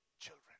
children